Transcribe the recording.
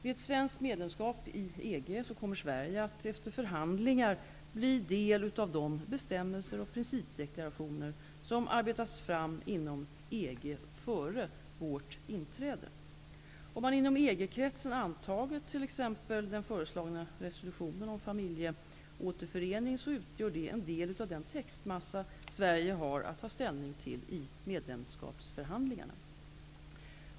Vid ett svenskt medlemskap i EG kommer Sverige att, efter förhandlingar, bli delaktigt av de bestämmelser och principdeklarationer som arbetats fram inom EG före vårt inträde. Om man inom EG-kretsen antagit t.ex. den föreslagna resolutionen om familjeåterförening utgör den en del av den textmassa Sverige har att ta ställning till i medlemskapsförhandlingarna.